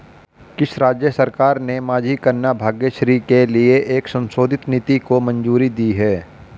किस राज्य सरकार ने माझी कन्या भाग्यश्री के लिए एक संशोधित नीति को मंजूरी दी है?